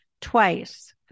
twice